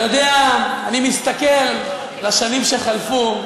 אתה יודע, אני מסתכל על השנים שחלפו.